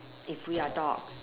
if we are dogs